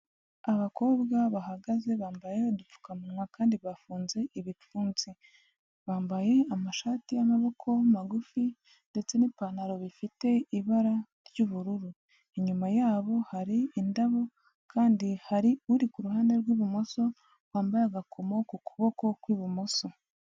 Abakobwa bahagaze bambaye udupfukamunwa kandi bafunze ibipfunsi, bambaye amashati y'amaboko magufi, ndetse n'ipantaro bifite ibara ry'ubururu. Inyuma yabo hari indabo kandi hari uri kuruhande rw'ibumoso wambaye agakomo ku kuboko kw'ibumoso.